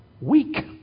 weak